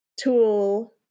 tool